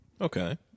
Okay